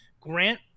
grant